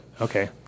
Okay